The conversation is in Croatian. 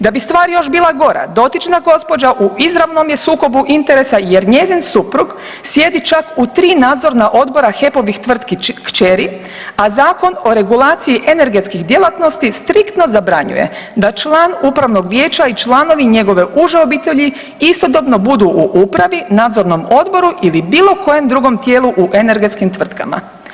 Da bi stvar još bila gora dotična gospođa u izravnom je sukobu interesa jer njezin suprug sjedi čak u 3 nadzorna odbora HEP-ovih tvrtki kćeri, a Zakon o regulaciji energetskih djelatnosti striktno zabranjuje da član upravnog vijeća i članovi njegove uže obitelji istodobno budu u upravi, nadzornom odboru ili bilo kojem drugom tijelu u energetskim tvrtkama.